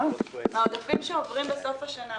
העודפים שעוברים בסוף השנה,